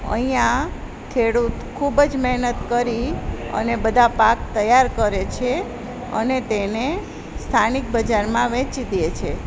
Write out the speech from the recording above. અહીંયા ખેડૂત ખૂબ જ મહેનત કરી અને બધા પાક તૈયાર કરે છે અને તેને સ્થાનિક બજારમાં વેચી દે છે